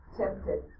tempted